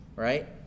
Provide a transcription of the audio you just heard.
right